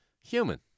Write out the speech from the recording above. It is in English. Human